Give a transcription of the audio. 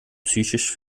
psychisch